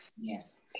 Yes